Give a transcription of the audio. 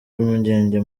impungenge